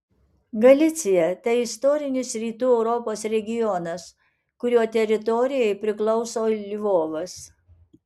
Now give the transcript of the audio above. galicija tai istorinis rytų europos regionas kurio teritorijai priklauso ir lvovas